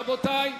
רבותי,